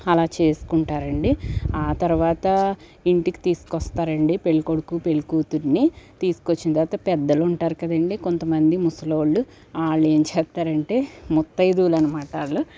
అలా చేసుకుంటారండి తర్వాత ఇంటికి తీసుకొస్తారండి పెళ్లికొడుకు పెళ్లికూతురిని తీసుకొచ్చిన తర్వాత పెద్దలుంటారు కదండి కొంతమంది ముసలోళ్ళు ఆల్లెం చేత్తారంటే ముత్తయిదువులనమాట వాళ్ళు